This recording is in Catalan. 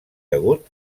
degut